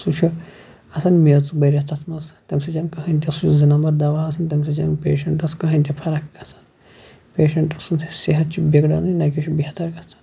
سُہ چھُ آسان میٚژ تَتھ مَنٛز تمہِ سۭتۍ چھَ نہٕ کٕہٕنۍ تہِ سُہ زٕ نَمبَر دَوا آسان تمہِ سۭتۍ چھَ نہٕ پیشَنٹَس کٕہٕنۍ تہٕ فَرَق گَژھان پیشَنٹَس سُنٛد صحت چھُ بِگڈنے نہ کہِ چھُ بہتَر گَژھان